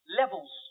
levels